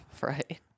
Right